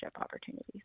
opportunities